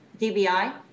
DBI